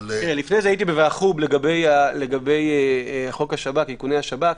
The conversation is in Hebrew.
לפני זה הייתי בוועחו"ב לגבי חוק איכוני השב"כ.